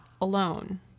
alone